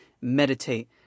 meditate